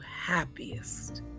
happiest